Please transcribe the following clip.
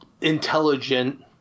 intelligent